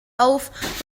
auf